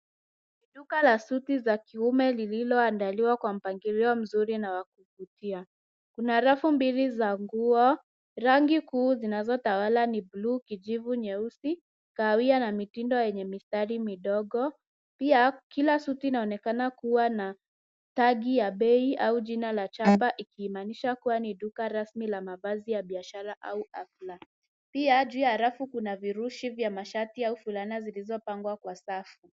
Duka la suti la kiume lililo andaliwa kwa mpangilio mzuri na wa kuvutia, kuna rangi mbili za nguo, rangi kuu zinazo tawala ni bluu, kijivu, nyeusi, kahawia na mitindo yenye mistari midogo, pia suti zinaonekana kuwa na tagi ya bei au jina ya chapa kumaanisha ni duka rasmi la mavazi ya biashara au afla pia juu ya rafu kuna virushi ya mashati pia fulana zilizo pangwa kwa safu.